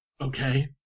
Okay